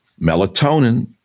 melatonin